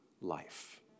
life